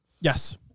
Yes